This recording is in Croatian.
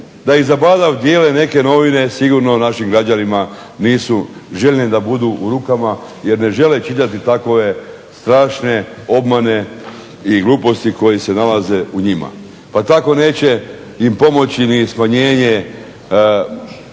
Da za badava dijele neke novine sigurno našim građanima nisu željni da budu u rukama jer ne žele čitati takve strašne obmane i gluposti koje se nalaze u njima. Pa tako neće im pomoći ni smanjenje